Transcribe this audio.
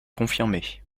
confirmer